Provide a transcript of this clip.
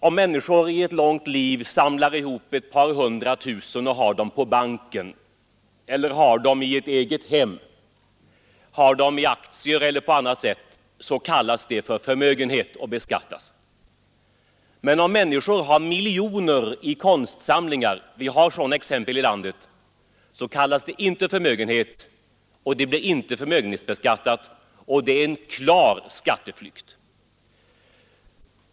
Om människor under ett långt liv samlar ihop ett par hundra tusen kronor och har dem på banken, i ett egethem, i aktier e. d., så kallas det för förmögenhet och beskattas. Men om människor har miljoner i konstsamlingar — det finns exempel på det här i landet — kallas det inte förmögenhet och blir inte förmögenhetsbeskattat. Det är en klar skatteflykt!